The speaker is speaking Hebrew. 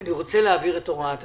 אני רוצה להעביר את הוראת השעה.